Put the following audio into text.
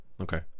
okay